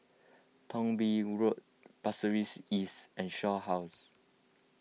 Thong Bee Road Pasir Ris East and Shaw House